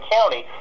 County